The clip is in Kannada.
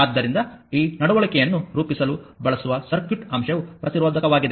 ಆದ್ದರಿಂದ ಈ ನಡವಳಿಕೆಯನ್ನು ರೂಪಿಸಲು ಬಳಸುವ ಸರ್ಕ್ಯೂಟ್ ಅಂಶವು ಪ್ರತಿರೋಧಕವಾಗಿದೆ